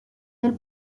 del